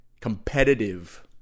competitive